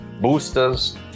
boosters